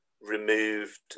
removed